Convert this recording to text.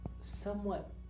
somewhat